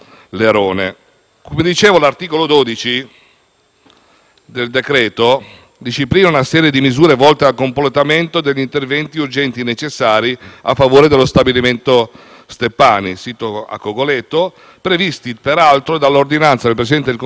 del decreto-legge disciplina una serie di misure volte al completamento degli interventi urgenti necessari a favore dello stabilimento Stoppani, sito a Cogoleto (previsti peraltro nell'ordinanza del Presidente del Consiglio dei ministri del 2006) e individuato